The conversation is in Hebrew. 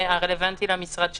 הרלוונטי למשרד שלו,